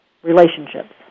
relationships